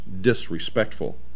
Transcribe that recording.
disrespectful